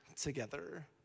together